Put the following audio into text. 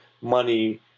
money